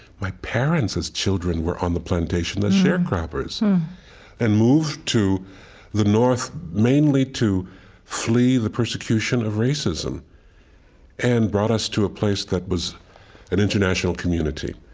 my parents as children were on the plantation as share croppers and moved to the north mainly to flee the persecution of racism and brought us to a place that was an international community.